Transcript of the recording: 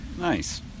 nice